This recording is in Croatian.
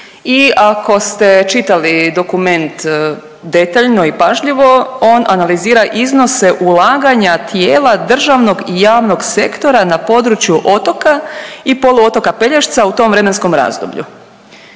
i ako ste čitali dokument detaljno i pažljivo, on analizira iznose ulaganja tijela državnog i javnog sektora na području otoka i poluotoka Pelješca u tom vremenskom razdoblju